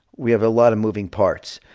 we have a lot of moving parts.